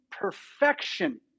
perfection